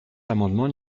l’amendement